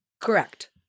correct